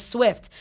Swift